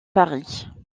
paris